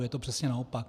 Je to přesně naopak.